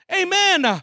Amen